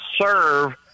serve